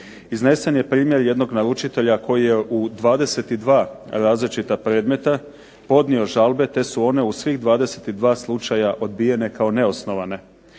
Iznesen je primjer jednog naručitelja koji je u 22 različita predmeta podnio žalbe, te su ona u svih 22 slučaja odbijene kao neosnovane.